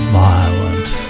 violent